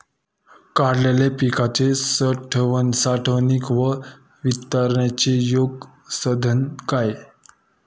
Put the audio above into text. काढलेल्या पिकाच्या साठवणूक व वितरणाचे योग्य साधन काय?